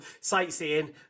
sightseeing